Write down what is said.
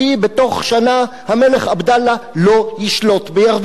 בתוך שנה המלך עבדאללה לא ישלוט בירדן.